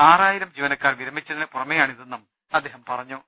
ആറായിരം ജീവനക്കാർ വിര മിച്ചതിന് പുറമെയാണിതെന്നും അദ്ദേഹം പറഞ്ഞു